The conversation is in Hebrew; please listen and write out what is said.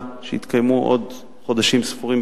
שיתקיימו בעוד חודשים ספורים,